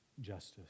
justice